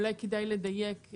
אולי כדאי לדייק,